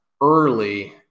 early